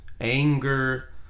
anger